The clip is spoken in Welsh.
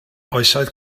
oesoedd